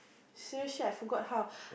seriously I forgot how